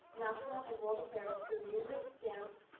national, and world affairs through music, dance,